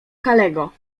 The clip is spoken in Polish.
kalego